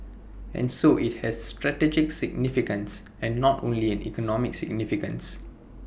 and so IT has strategic significance and not only an economic significance